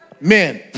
Men